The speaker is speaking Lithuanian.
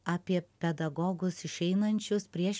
apie pedagogus išeinančius prieš